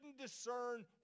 discern